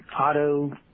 auto